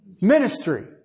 ministry